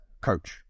coach